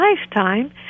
lifetime